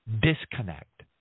disconnect